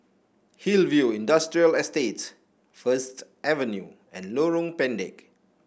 Hillview Industrial Estate First Avenue and Lorong Pendek